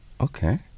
Okay